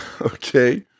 okay